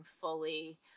fully